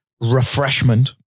refreshment